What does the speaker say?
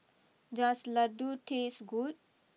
does Ladoo taste good